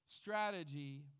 strategy